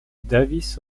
davis